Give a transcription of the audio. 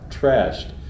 trashed